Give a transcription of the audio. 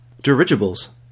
Dirigibles